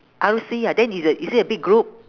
R_C ah then is a is it a big group